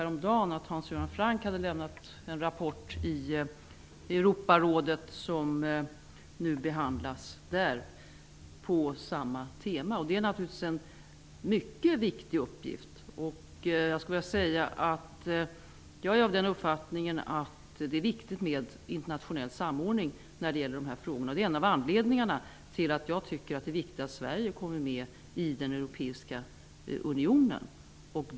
Häromdagen såg jag att Hans Göran Franck hade lämnat en rapport på samma tema till Europarådet, som nu behandlas där. Det är naturligtvis mycket viktigt. Jag är av den uppfattningen att det är angeläget med internationell samordning, och det är en av anledningarna till att det enligt min mening är viktigt att Sverige kommer med i den europeiska unionen.